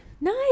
Nice